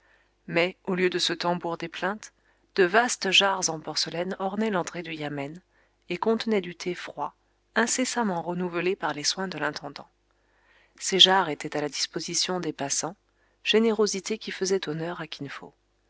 mais au lieu de ce tambour des plaintes de vastes jarres en porcelaine ornaient l'entrée du yamen et contenaient du thé froid incessamment renouvelé par les soins de l'intendant ces jarres étaient à la disposition des passants générosité qui faisait honneur à